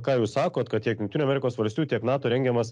ką jūs sakot kad tiek jungtinių amerikos valstijų tiek nato rengiamas